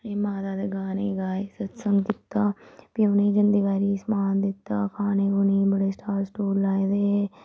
माता दे गाने गाए सतसंग कीता फ्ही उ'नेंगी जंदे बारी समान दित्ता खाने खुने गी बड़े स्टाल स्टुल लाए दे हे